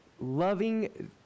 loving